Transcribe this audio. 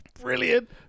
brilliant